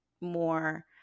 more